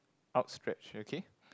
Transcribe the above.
outstretch okay